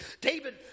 David